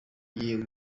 igiye